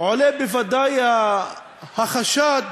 עולה בוודאי החשד